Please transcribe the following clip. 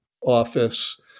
office